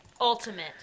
Ultimate